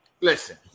listen